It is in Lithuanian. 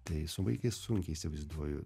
tai su vaikais sunkiai įsivaizduoju